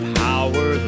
power